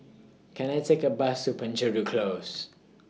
Can I Take A Bus to Penjuru Close